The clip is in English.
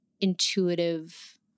intuitive